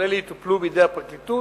כל אלה יטופלו בידי הפרקליטות,